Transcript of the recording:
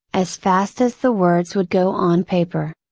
as fast as the words would go on paper.